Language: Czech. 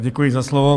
Děkuji za slovo.